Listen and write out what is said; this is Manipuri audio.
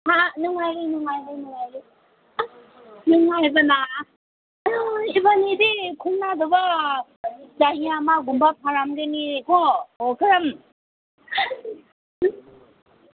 ꯅꯨꯡꯉꯥꯏꯔꯤ ꯅꯨꯡꯉꯥꯏꯔꯤ ꯅꯨꯡꯉꯥꯏꯔꯤ ꯑꯁ ꯅꯨꯡꯉꯥꯏꯕꯅ ꯏꯕꯅꯤꯗꯤ ꯈꯪꯅꯗꯕ ꯆꯍꯤ ꯑꯃꯒꯨꯝꯕ ꯐꯔꯝꯒꯅꯤꯀꯣ ꯑꯣ ꯀꯔꯝ